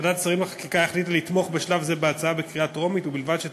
ועדת שרים לחקיקה החליטה לתמוך בשלב זה בהצעה בקריאה טרומית,